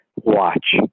watch